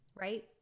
right